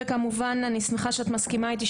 וכמובן אני שמחה שאת מסכימה איתי,